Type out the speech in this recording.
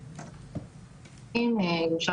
הייתי במקלטים פעמיים,